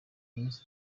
iminsi